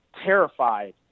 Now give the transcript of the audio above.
terrified